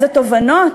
איזה תובנות?